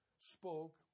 spoke